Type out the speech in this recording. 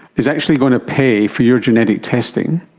is actually going to pay for your genetic testing,